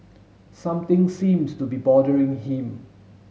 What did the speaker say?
something seems to be bothering him